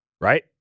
right